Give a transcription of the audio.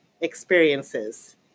experiences